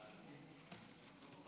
שלוש